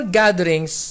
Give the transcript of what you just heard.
gatherings